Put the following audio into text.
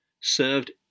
served